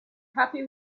happy